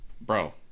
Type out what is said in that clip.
bro